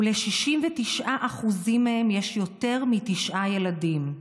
ול-69% מהם יש יותר מתשעה ילדים.